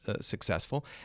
successful